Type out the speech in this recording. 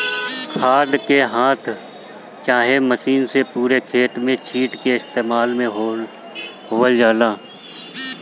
खाद के हाथ चाहे मशीन से पूरे खेत में छींट के इस्तेमाल में लेवल जाला